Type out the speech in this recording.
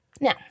Now